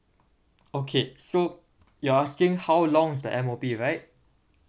okay so you're asking how long is the M_O_P right